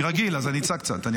אני רגיל, אז אני אצעק קצת.